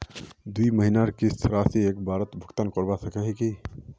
दुई महीनार किस्त राशि एक बारोत भुगतान करवा सकोहो ही?